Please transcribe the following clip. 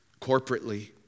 Corporately